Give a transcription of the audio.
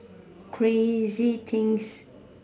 crazy things